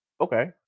Okay